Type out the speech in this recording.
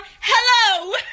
Hello